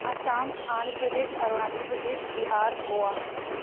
Assam Andhra Pradesh Arunachal Pradesh Bihar Goa